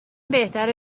بهتره